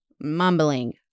mumbling